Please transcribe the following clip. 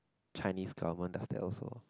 Chinese government does that also